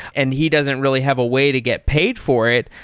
and he doesn't really have a way to get paid for it.